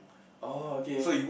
oh okay